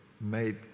made